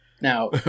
Now